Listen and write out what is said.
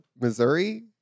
Missouri